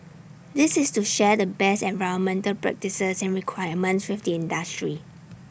this is to share the best environmental practices and requirements with the industry